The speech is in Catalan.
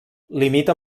limita